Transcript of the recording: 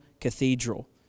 Cathedral